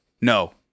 No